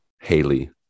Haley